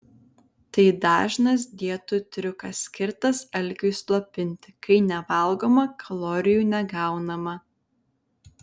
tai dažnas dietų triukas skirtas alkiui slopinti kai nevalgoma kalorijų negaunama